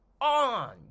on